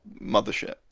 mothership